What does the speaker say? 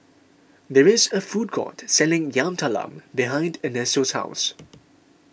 there is a food court selling Yam Talam behind Ernesto's house